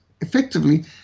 effectively